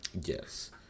Yes